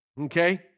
Okay